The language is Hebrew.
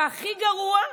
והכי גרוע,